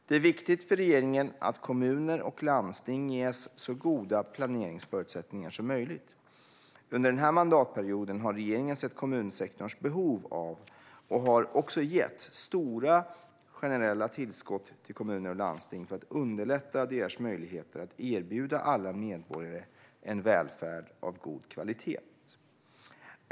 Det är viktigt för regeringen att kommuner och landsting ges så goda planeringsförutsättningar som möjligt. Under den här mandatperioden har regeringen sett kommunsektorns behov av, och har också gett, stora generella tillskott till kommuner och landsting för att underlätta deras möjligheter att erbjuda alla medborgare en välfärd av god kvalitet.